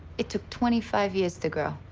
it took twenty five years to grow,